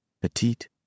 Petite